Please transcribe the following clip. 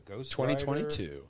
2022